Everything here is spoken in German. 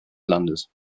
landes